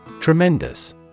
Tremendous